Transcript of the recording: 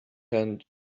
hand